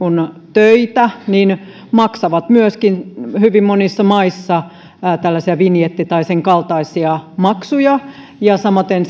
töitä maksavat myöskin hyvin monissa maissa tällaisia vinjetti tai senkaltaisia maksuja ja samaten